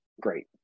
Great